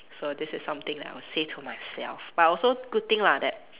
so this is something that I will say to myself but also good thing lah that